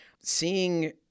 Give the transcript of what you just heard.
Seeing